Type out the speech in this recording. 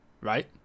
Right